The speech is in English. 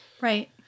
Right